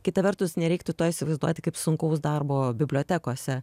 kita vertus nereiktų to įsivaizduoti kaip sunkaus darbo bibliotekose